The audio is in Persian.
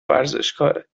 ورزشکاره